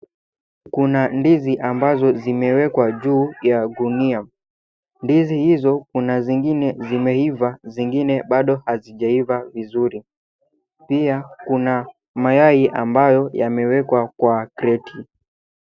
Kuna ndizi ambazo zimewekwa juu ya gunia. Ndizi hizo kuna zingine zimeiva zingine bado hazijava vizuri. Pia kuna mayai ambayo yamewekwa kwa kreti.